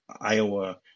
Iowa